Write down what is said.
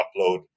upload